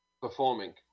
performing